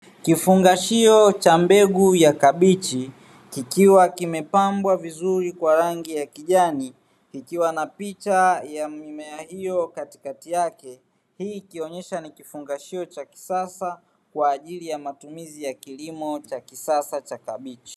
Kifungashio cha mbegu ya kabichi kikiwa kimepambwa vizuri kwa rangi ya kijani ikiwa na picha ya mimea hiyo katikati yake, hii ikionyesha ni kifungashio cha kisasa kwa ajili ya matumizi ya kilimo cha kisasa cha kabichi.